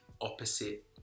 opposite